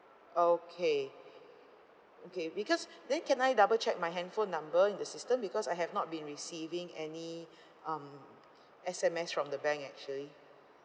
okay okay because then can I double check my handphone number in the system because I have not been receiving any um S_M_S from the bank actually